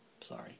Sorry